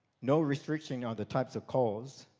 no restriction ah of the types of calls,